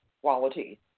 quality